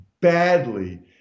badly